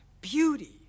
beauty